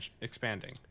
expanding